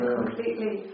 completely